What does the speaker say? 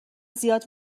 زیاد